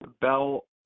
Bell